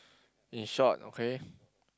in short okay